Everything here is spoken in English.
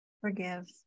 forgive